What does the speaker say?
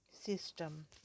system